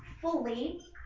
fully